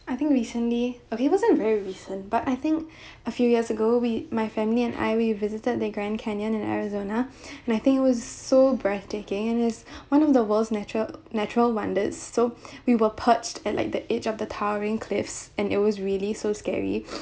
I think recently okay it wasn't very recent but I think a few years ago we my family and I we visited the grand canyon and arizona and I think it was so breathtaking and is one of the world's natural natural wonders so we were perched at like the edge of the towering cliffs and it was really so scary